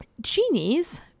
genies